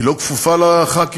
היא לא כפופה לחברי הכנסת,